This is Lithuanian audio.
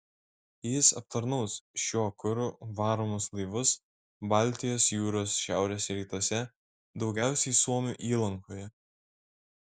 jis aptarnaus šiuo kuru varomus laivus baltijos jūros šiaurės rytuose daugiausiai suomių įlankoje